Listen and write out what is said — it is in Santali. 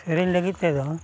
ᱥᱮᱨᱮᱧ ᱞᱟᱹᱜᱤᱫ ᱛᱮᱫᱚ